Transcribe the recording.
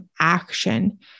action